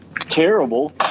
terrible